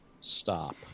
stop